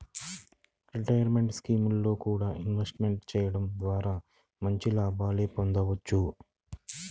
retirement స్కీముల్లో కూడా invest చెయ్యడం ద్వారా మంచి లాభాలనే పొందొచ్చు